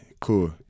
Cool